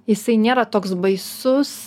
jisai nėra toks baisus